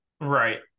Right